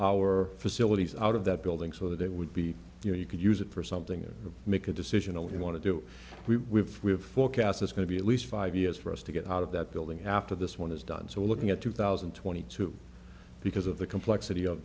our facilities out of that building so that they would be you know you could use it for something that would make a decision on what you want to do we have forecast is going to be at least five years for us to get out of that building after this one is done so looking at two thousand and twenty two because of the complexity of